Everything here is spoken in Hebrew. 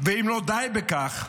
ואם לא די בכך,